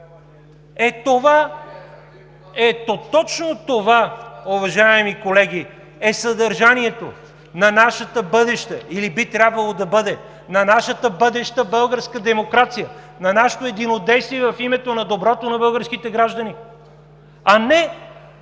Ето точно това, уважаеми колеги, е съдържанието на нашето бъдеще, или би трябвало да бъде, на нашата бъдеща българска демокрация, на нашето единодействие в името на доброто на българските граждани! А не